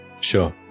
Sure